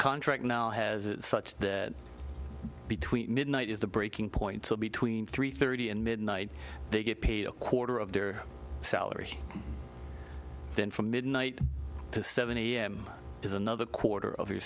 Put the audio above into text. contract now has it such that between midnight is the breaking point so between three thirty and midnight they get paid a quarter of their salary then from midnight to seven a m is another quarter of your